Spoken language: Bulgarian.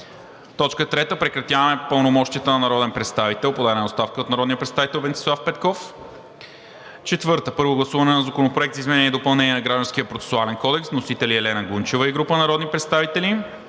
съвет. 3. Прекратяване на пълномощията на народен представител. Подадена е оставка от народния представител Венцислав Петков. 4. Първо гласуване на Законопроекта за изменение и допълнение на Гражданския процесуален кодекс. Вносители – Елена Гунчева и група народни представители.